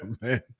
man